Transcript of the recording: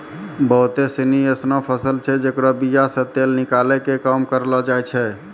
बहुते सिनी एसनो फसल छै जेकरो बीया से तेल निकालै के काम करलो जाय छै